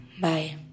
Bye